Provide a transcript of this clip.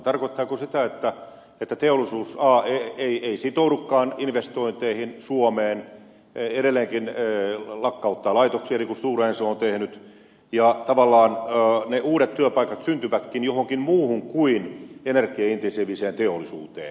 tarkoittaako se sitä että teollisuus ei sitoudukaan investointeihin suomeen edelleenkin lakkauttaa laitoksia niin kuin stora enso on tehnyt ja tavallaan ne uudet työpaikat syntyvätkin johonkin muuhun kuin energiaintensiiviseen teollisuuteen